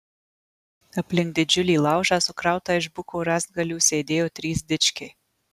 aplink didžiulį laužą sukrautą iš buko rąstgalių sėdėjo trys dičkiai